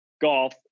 golf